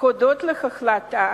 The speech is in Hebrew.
הודות להחלטה